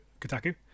Kotaku